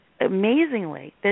amazingly